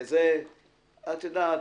ואת יודעת,